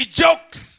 jokes